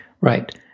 Right